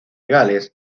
gales